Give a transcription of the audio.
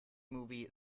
movie